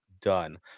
done